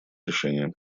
решение